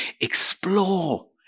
explore